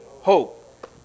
hope